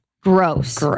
Gross